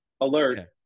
alert